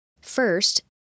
First